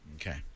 Okay